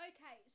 Okay